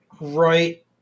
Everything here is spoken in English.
right